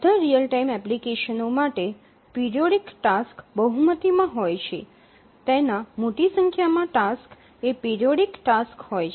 બધી real time એપ્લિકેશનો માટે પિરિયોડિક ટાસક્સ બહુમતીમાં હોય છે તેના મોટી સંખ્યામાં ટાસક્સ એ પિરિયોડિક ટાસક્સ હોય છે